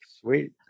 sweet